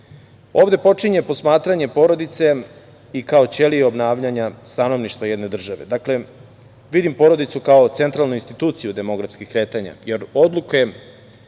počinje posmatranje porodice i kao ćelije obnavljanja stanovništva jedne države. Dakle, vidim porodicu kao centralnu instituciju demografskih kretanja, jer odluke